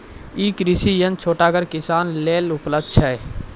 ई कृषि यंत्र छोटगर किसानक लेल उपलव्ध छै?